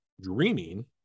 dreaming